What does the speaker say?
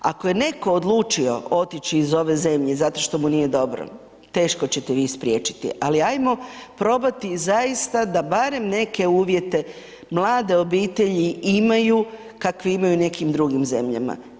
Ako je netko odlučio otići iz ove zemlje zato što mu je dobro, teško ćete vi spriječiti ali ajmo probat zaista da barem neke uvjete mlade obitelji imaju kakve imaju u nekim drugim zemljama.